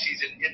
season